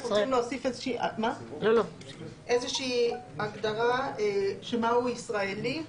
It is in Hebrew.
אנחנו רוצים להוסיף איזושהי הגדרה של מהו ישראלי.